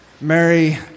Mary